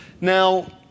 Now